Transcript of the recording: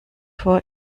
vor